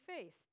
faith